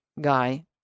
guy